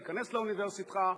להיכנס לאוניברסיטה,